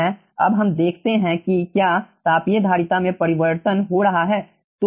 अब हम देखते हैं कि क्या तापीय धारिता में परिवर्तन हो रहा है